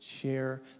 share